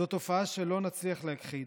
זו תופעה שלא נצליח להכחיד,